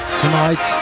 tonight